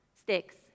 sticks